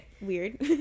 weird